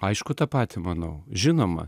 aišku tą patį manau žinoma